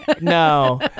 No